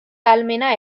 ahalmena